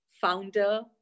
founder